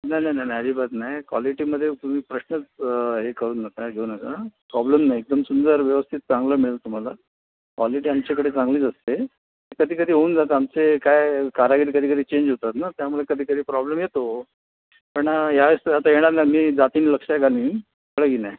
नाही नाही नाही अजिबात नाही कॉलीटीमध्ये तुम्ही प्रश्न हे करू नका घेऊ नका प्रॉब्लेम नाही एकदम सुंदर व्यवस्थित चांगलं मिळेल तुम्हाला कॉलीटी आमच्याकडे चांगलीच असते कधीकधी होऊन जातं आमचे काय आहे कारागीर कधीकधी चेंज होतात ना त्यामुळे कधीकधी प्रॉब्लेम येतो पण यावेळेस ते येणार नाही मी जातीने लक्ष घालेन कळलं की नाही